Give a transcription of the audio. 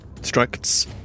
strikes